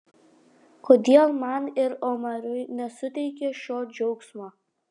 kodėl man ir omarui nesuteikė šio džiaugsmo